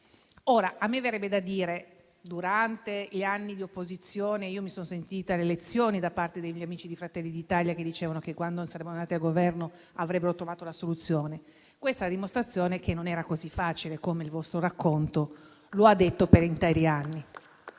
Ora a me verrebbe da dire: durante gli anni di opposizione mi sono sentita le lezioni degli amici di Fratelli d'Italia, che dicevano che quando sarebbero andati al Governo avrebbero trovato la soluzione. Questa è la dimostrazione che non era così facile, come il vostro racconto ha detto per interi anni.